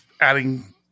adding